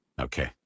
okay